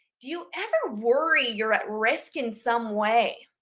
do you ever worry you're at risk in some way?